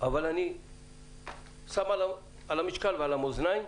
אבל אני שם על המשקל ועל מאזניים